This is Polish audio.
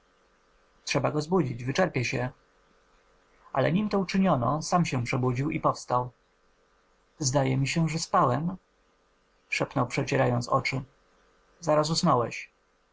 trzeba go zbudzić wyczerpie się ale nim to uczyniono sam się przebudził i powstał zdaje mi się że spałem szepnął przecierając oczy zaraz